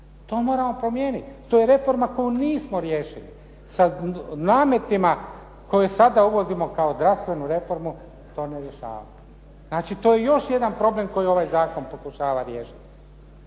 To moramo promijeniti. To je reforma koju nismo riješili. Sa nametima koje sada uvodimo kao zdravstvenu reformu to ne rješavamo. Znači to je još jedan problem koji ovaj zakon pokušava riješiti.